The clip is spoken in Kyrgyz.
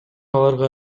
аларга